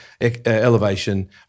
Elevation